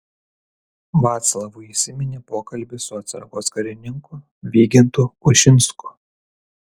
vaclavui įsiminė pokalbis su atsargos karininku vygintu ušinsku